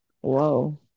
Whoa